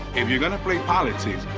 if you're going to play politics,